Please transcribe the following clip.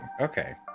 Okay